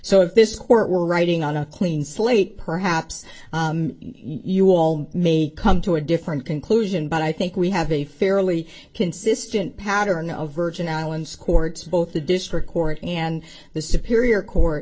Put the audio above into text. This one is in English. so if this court were writing on a clean slate perhaps you all may come to a different conclusion but i think we have a fairly consistent pattern of virgin islands court both the district court and the superior court